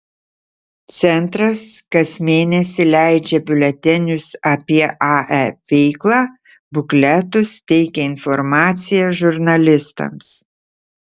centras kas mėnesį leidžia biuletenius apie ae veiklą bukletus teikia informaciją žurnalistams